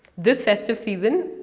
this festive season,